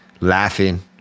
laughing